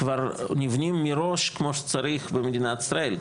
כבר נבנים מראש כמו שצריך במדינת ישראל.